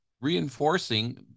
reinforcing